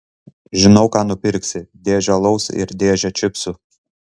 žinau ką nupirksi dėžę alaus ir dėžę čipsų